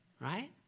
right